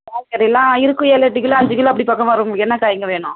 காய்கறிலாம் இருக்கும் ஏழ்லெட்டு கிலோ அஞ்சு கிலோ அப்படி பக்கம் வரும் உங்களுக்கு என்ன காயிங்க வேணும்